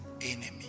enemy